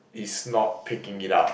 is not picking it up